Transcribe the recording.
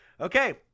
Okay